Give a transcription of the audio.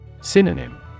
Synonym